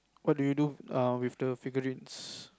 what do you do um with the figurines